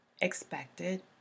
expected